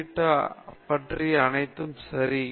theta பற்றிய அனைத்துமே சரி